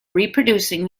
reproducing